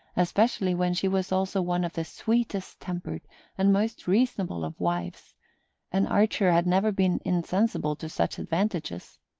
especially when she was also one of the sweetest-tempered and most reasonable of wives and archer had never been insensible to such advantages.